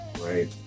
right